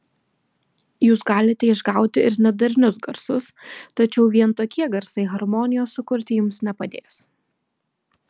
jūs galite išgauti ir nedarnius garsus tačiau vien tokie garsai harmonijos sukurti jums nepadės